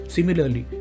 Similarly